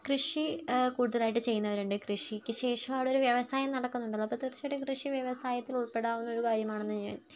കൃഷി കൂടുതലായിട്ട് ചെയ്യുന്നവരുണ്ട് കൃഷിക്ക് ശേഷം അവിടെ ഒരു വ്യവസായം നടക്കുന്നുണ്ടല്ലോ അപ്പോൾ തീർച്ചയായിട്ടും കൃഷി വ്യവസായത്തിൽ ഉൾപ്പെടാവുന്ന ഒരു കാര്യമാണെന്ന് ഞാൻ